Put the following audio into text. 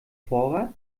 vorrat